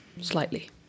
slightly